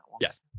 Yes